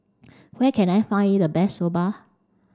where can I find the best Soba